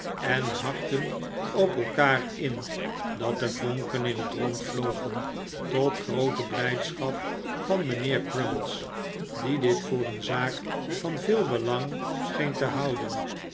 en hakten op elkaar in dat de vonken in het rond vlogen tot groote blijdschap van mijnheer crummies die dit voor een zaak van veel belang scheen te houden